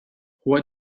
what